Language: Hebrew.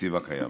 לתקציב הקיים.